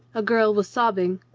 a girl was sobbing.